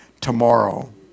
tomorrow